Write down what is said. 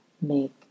make